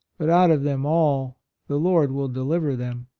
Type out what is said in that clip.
but out of them all the lord will deliver them.